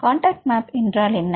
contact map என்றால் என்ன